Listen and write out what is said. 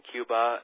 Cuba